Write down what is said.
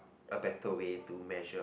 a better way to measure